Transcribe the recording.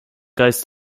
geist